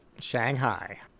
Shanghai